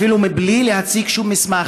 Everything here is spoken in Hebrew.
אפילו בלי להציג שום מסמך,